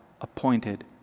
appointed